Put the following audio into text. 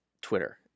Twitter